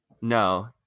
No